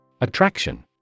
Attraction